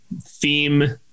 theme